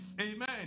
Amen